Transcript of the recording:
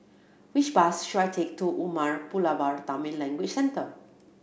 which bus should I take to Umar Pulavar Tamil Language Centre